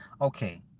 okay